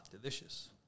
delicious